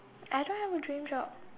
I don't have a dream job